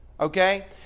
Okay